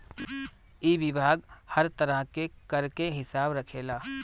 इ विभाग हर तरह के कर के हिसाब रखेला